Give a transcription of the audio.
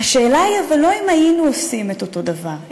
אבל השאלה היא לא אם היינו עושים את אותו הדבר,